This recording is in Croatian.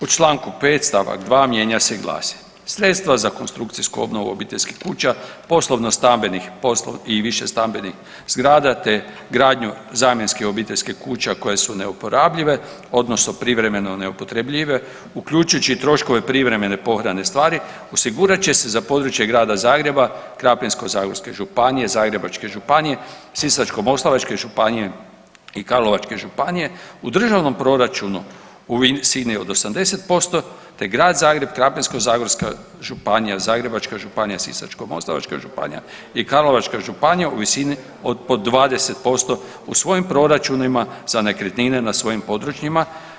U Članku 5. stavak 2 mijenja se i glasi: „Sredstva za konstrukcijsku obnovu obiteljskih kuća, poslovno stambenih i višestambenih zgrada te gradnju zamjenske obiteljske kuća koje su neuporabljive odnosno privremeno neupotrebljive uključujući i troškove privremene pohrane stvari osigurat će se za područje Grada Zagreba, Krapinsko-zagorske županije, Zagrebačke županije, Sisačko-moslavačke županije i Karlovačke županije u državnom proračunu u visini od 80% te Grad Zagreb, Krapinsko-zagorska županije, Zagrebačka županija, Sisačko-moslavačka županija i Karlovačka županija u visini od po 21% u svojim proračunima za nekretnine na svojim područjima.